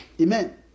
Amen